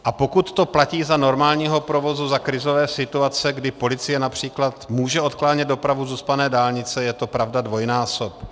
A pokud to platí za normálního provozu, za krizové situace, kdy policie např. může odklánět dopravu z ucpané dálnice, je to pravda dvojnásob.